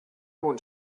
want